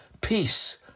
peace